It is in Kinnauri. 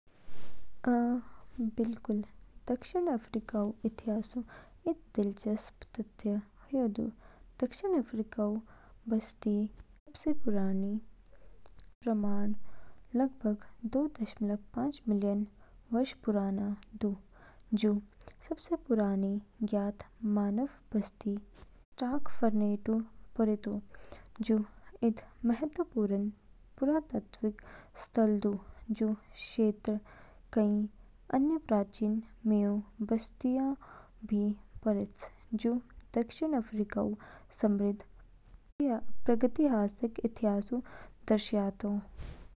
अ, बिल्कुल। दक्षिण अफ़्रीकाऊ इतिहासऊ इद दिलचस्प तथ्य ह्यू दू। दक्षिण अफ़्रीकाऊ मिऊ बस्ती के सबसे पुराने प्रमाण लगभग दो दशमलव पांच मिलियन वर्ष पुराने दू। जू सबसे पुरानी ज्ञात मानव बस्ती स्टर्कफ़ॉन्टेनऊ परेतो, जू इद महत्वपूर्ण पुरातात्विक स्थल दू। जू क्षेत्र कई अन्य प्राचीन मिऊ बस्तियाँ भी परेच, जू दक्षिण अफ़्रीकाऊ समृद्ध प्रागैतिहासिक इतिहासऊ दर्शायातो।